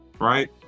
right